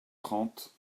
trente